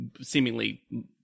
seemingly